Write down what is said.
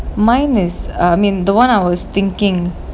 mine is a mean the [one] I was thinking